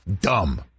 dumb